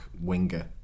winger